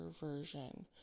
version